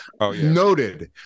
noted